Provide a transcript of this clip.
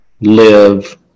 live